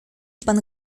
pan